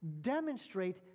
demonstrate